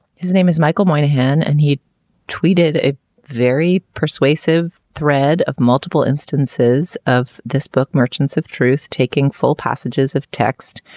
his name is michael moynihan, and he tweeted a very persuasive thread of multiple instances of this book, merchants of truth, taking full passages of text,